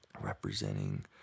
representing